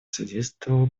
содействовало